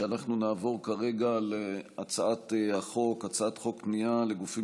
שאנחנו נעבור כרגע להצעת חוק פנייה לגופים